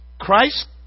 Christ